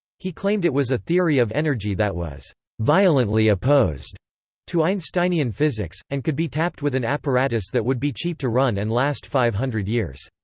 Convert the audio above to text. he claimed it was a theory of energy that was violently opposed to einsteinian physics, and could be tapped with an apparatus that would be cheap to run and last five hundred years.